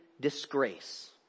disgrace